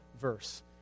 verse